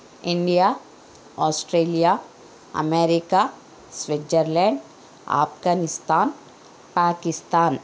India Australia America Switzerland Afghanistan Pakistan